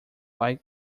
like